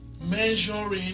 measuring